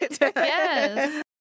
Yes